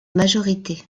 majorité